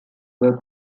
were